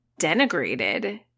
denigrated